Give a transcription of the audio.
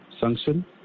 sanction